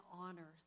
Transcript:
honor